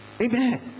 amen